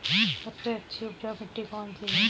सबसे अच्छी उपजाऊ मिट्टी कौन सी है?